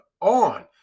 on